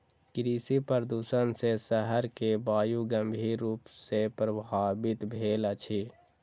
कृषि प्रदुषण सॅ शहर के वायु गंभीर रूप सॅ प्रभवित भेल अछि